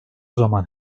zaman